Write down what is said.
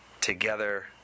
together